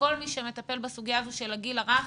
מכל מי שמטפל בסוגיה הזאת של הגיל הרך,